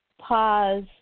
pause